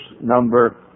number